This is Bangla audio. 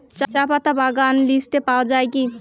চাপাতা বাগান লিস্টে পাওয়া যায় কি?